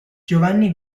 giovanni